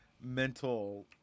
mental